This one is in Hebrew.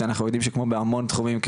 שאנחנו יודעים כבר שכמו בהמון תחומים,